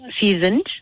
seasoned